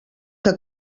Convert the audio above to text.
que